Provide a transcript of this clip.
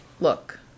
look